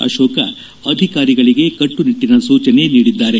ಅಶೋಕ ಅಧಿಕಾರಿಗಳಿಗೆ ಕಟ್ಟುನಿಟ್ಟಿನ ಸೂಚನೆ ನೀಡಿದ್ದಾರೆ